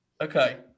Okay